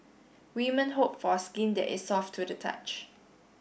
women hope for skin that is soft to the touch